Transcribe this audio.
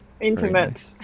Intimate